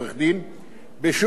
בשום פנים ואופן לא,